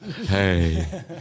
Hey